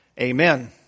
amen